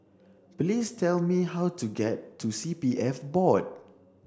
please tell me how to get to C P F Board